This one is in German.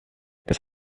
das